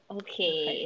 okay